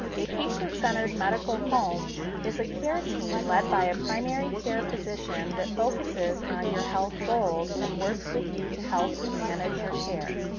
a patient-centered medical home is a care team led by a primary care physician that focuses on your health goals and works with you to help you manage your care.